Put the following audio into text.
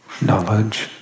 knowledge